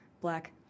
Black